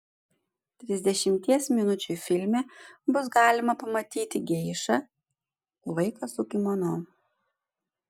trisdešimties minučių filme bus galima pamatyti geišą vaiką su kimono